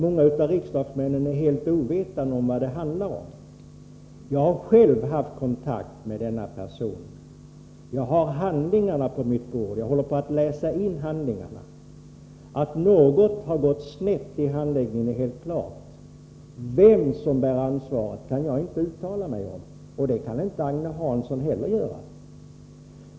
Många av riksdagsmännen är helt ovetande om vad det handlar om. Jag har själv haft kontakt med den person det här gäller. Jag har handlingarna på mitt bord, och jag håller på att läsa in dem. Att något har gått snett i handläggningen är helt klart. Vem som bär ansvaret kan jag inte uttala mig om, och det kan inte Agne Hansson heller göra.